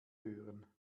hören